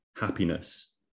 happiness